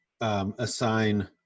Assign